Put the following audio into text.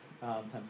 times